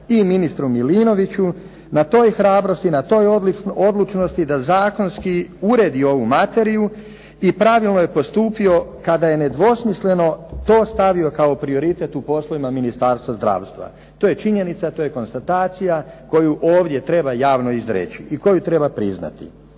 i ministru Milinoviću na toj hrabrosti, na toj odlučnosti da zakonski uredi ovu materiju i pravilno je postupio kada je nedvosmisleno to stavio kao prioritet u poslovima Ministarstva zdravstva. To je činjenica, to je konstatacija koju ovdje treba javno izreći i koju treba priznati.